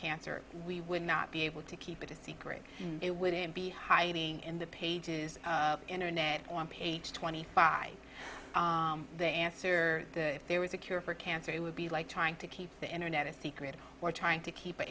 cancer we would not be able to keep it a secret it would be hiding in the pages internet on page twenty five the answer there was a cure for cancer it would be like trying to keep the internet a secret or trying to keep